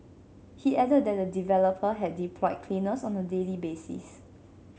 he added that the developer had deployed cleaners on a daily basis